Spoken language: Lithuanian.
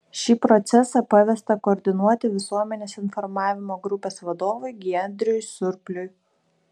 šį procesą pavesta koordinuoti visuomenės informavimo grupės vadovui giedriui surpliui